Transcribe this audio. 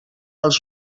als